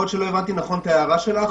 הבנתי נכון את הערתך.